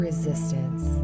resistance